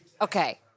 Okay